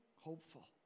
hopeful